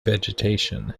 vegetation